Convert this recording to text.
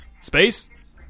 Space